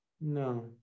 No